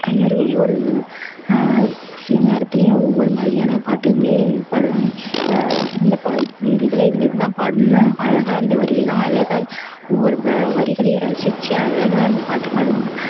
அந்தமாதிரி ஒவ்வொரு சில நேரத்துலையும் ஒவ்வொரு மாதிரியான பாட்டு வந்து பாடுவாங்க இப்போ இந்த ப இப் இந்த இதில் இந்த இது தான் பாடணுன்னா அழகாக அந்த வரியெல்லாம் அழகாக ஒவ்வொரு வ வரிகளையும் ரசிச்சு அழகாக அந்த பாட்டு பாடுவாங்க